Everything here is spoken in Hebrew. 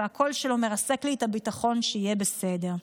והקול שלו מרסק לי את הביטחון שיהיה בסדר.